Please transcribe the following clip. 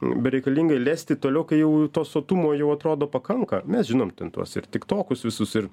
bereikalingai lesti toliau kai jau to sotumo jau atrodo pakanka mes žinom ten tuos ir tiktokus visus ir